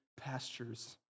pastures